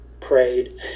prayed